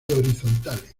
horizontales